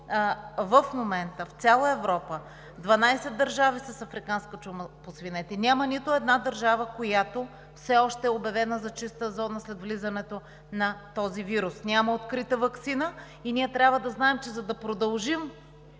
В момента от цяла Европа 12 държави са с африканска чума по свинете и няма нито една държава, която все още е обявена за чиста зона след влизането на този вирус. Няма открита ваксина и ние трябва да знаем, че за да продължим